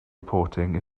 reporting